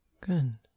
Good